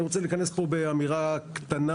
ואני רוצה להיכנס פה באמירה קטנה,